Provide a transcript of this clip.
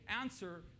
answer